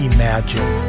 Imagine